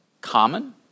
common